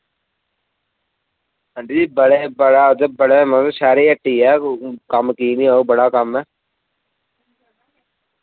aunty ji बड़े बड़ा उत्थै बड़े मतलब शैह्रे हट्टी ऐ कम्म की नी होग बड़ा कम्म ऐ